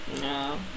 No